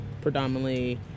predominantly